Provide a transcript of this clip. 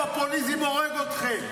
הפופוליזם הורג אתכם.